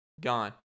Gone